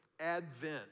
Advent